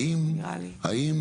האם